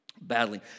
badly